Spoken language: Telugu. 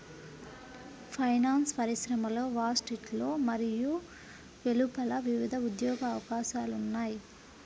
ఫైనాన్స్ పరిశ్రమలో వాల్ స్ట్రీట్లో మరియు వెలుపల వివిధ ఉద్యోగ అవకాశాలు ఉన్నాయి